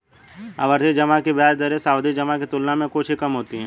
आवर्ती जमा की ब्याज दरें सावधि जमा की तुलना में कुछ ही कम होती हैं